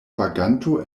vaganto